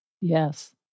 Yes